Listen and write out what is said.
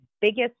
biggest